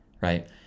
Right